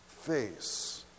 face